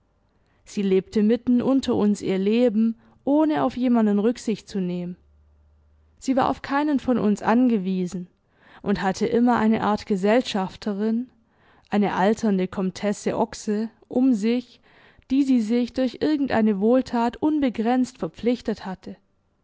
sie lebte mitten unter uns ihr leben ohne auf jemanden rücksicht zu nehmen sie war auf keinen von uns angewiesen und hatte immer eine art gesellschafterin eine alternde komtesse oxe um sich die sie sich durch ihrgendeine wohltat unbegrenzt verpflichtet hatte